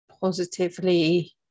positively